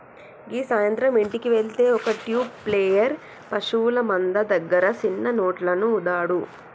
గీ సాయంత్రం ఇంటికి వెళ్తే ఒక ట్యూబ్ ప్లేయర్ పశువుల మంద దగ్గర సిన్న నోట్లను ఊదాడు